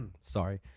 Sorry